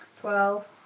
Twelve